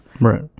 right